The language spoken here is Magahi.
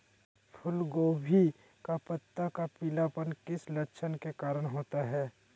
फूलगोभी का पत्ता का पीलापन किस लक्षण के कारण होता है?